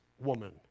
woman